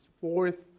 fourth